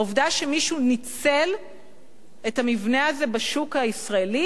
העובדה שמישהו ניצל את המבנה הזה בשוק הישראלי